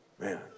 Man